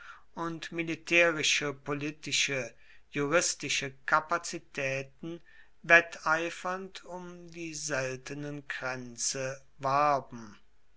und militärische politische juristische kapazitäten wetteifernd um die seltenen kränze warben